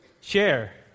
share